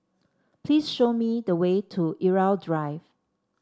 please show me the way to Irau Drive